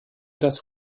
das